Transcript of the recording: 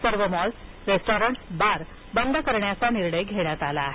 सर्व malls restaurants bar बंद करण्याचा निर्णय घेण्यात आला आहे